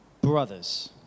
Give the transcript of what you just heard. brothers